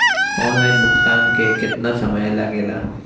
Online भुगतान में केतना समय लागेला?